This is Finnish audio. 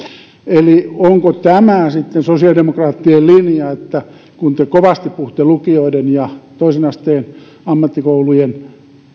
eli onko tämä sitten sosiaalidemokraattien linja kun te kovasti puhutte lukioiden ja toisen asteen ammattikoulujen